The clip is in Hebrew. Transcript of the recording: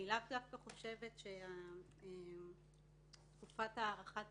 אני לאו דווקא חושבת שתקופת הארכת